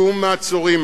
שום מעצורים,